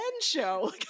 show